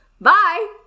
bye